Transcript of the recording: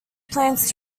plans